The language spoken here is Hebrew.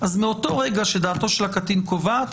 מאותו רגע שדעתו של הקטין קובעת,